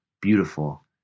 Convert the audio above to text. beautiful